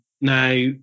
Now